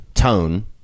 tone